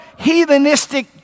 heathenistic